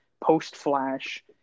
post-Flash